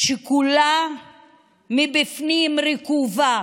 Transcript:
שכולה מבפנים רקובה,